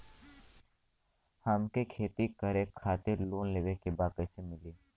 हमके खेती करे खातिर लोन लेवे के बा कइसे मिली?